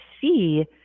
see